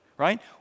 right